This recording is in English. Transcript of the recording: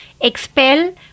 expel